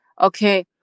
okay